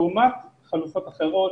לעומת חלופות אחרות,